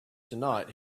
tonight